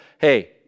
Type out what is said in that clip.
hey